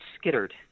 skittered